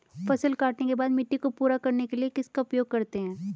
फसल काटने के बाद मिट्टी को पूरा करने के लिए किसका उपयोग करते हैं?